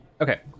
okay